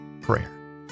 prayer